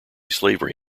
slavery